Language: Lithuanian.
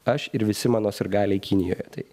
aš ir visi mano sirgaliai kinijoje tai